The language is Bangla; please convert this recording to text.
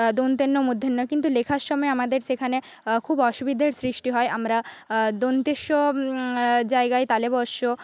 দন্ত্য ন মূর্ধন্য ণ কিন্তু লেখার সময় আমাদের সেখানে খুব অসুবিধের সৃষ্টি হয় আমরা দন্ত্য স জায়গায় তালব্য শ